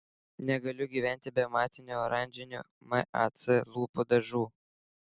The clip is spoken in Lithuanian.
negaliu gyventi be matinių oranžinių mac lūpų dažų